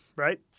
Right